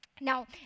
Now